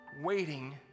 waiting